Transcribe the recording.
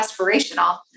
aspirational